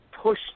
push